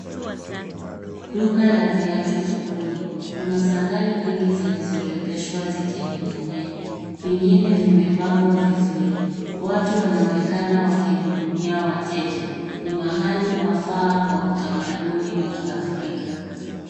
Duka la viatu sokoni, kuna sandari nyingi zilizorembeshwa zikininginia vingine vimepangwa vizuri. Watu wanaonekana wakihudumia wateja. Ni mahali pafaa kwa utamaduni wa kiafrika.